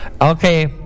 Okay